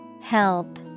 Help